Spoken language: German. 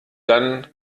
dann